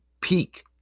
peak